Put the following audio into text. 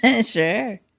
Sure